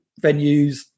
venues